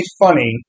funny